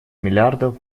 миллиардов